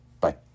Bye